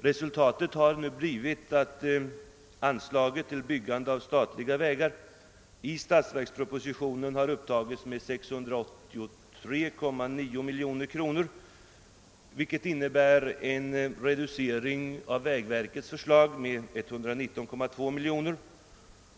Resultatet har nu i stället blivit att anslaget Byggande av statliga vägar i statsverkspropositionen har upptagits med 683,9 miljoner kronor, vilket innebär en reducering av vägverkets förslag med 119,2 miljoner kronor.